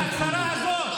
על ההצהרה הזאת.